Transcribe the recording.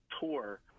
tour